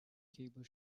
cable